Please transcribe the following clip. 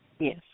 Yes